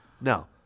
no